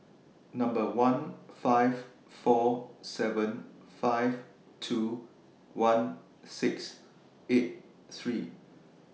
Number one five four seven five two one six eight three